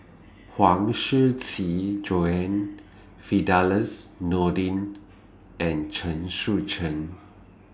Huang Shiqi Joan Firdaus Nordin and Chen Sucheng